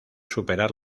superar